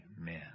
Amen